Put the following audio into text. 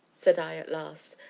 said i at last,